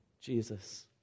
Jesus